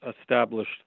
established